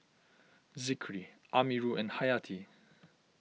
Zikri Amirul and Hayati